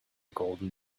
golden